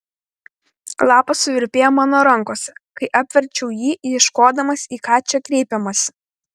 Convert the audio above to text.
lapas suvirpėjo mano rankose kai apverčiau jį ieškodamas į ką čia kreipiamasi